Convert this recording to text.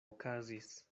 okazis